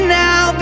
now